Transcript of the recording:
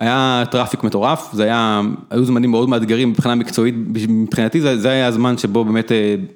היה טראפיק מטורף, היו זמנים מאוד מאתגרים מבחינה מקצועית, מבחינתי זה היה הזמן שבו באמת...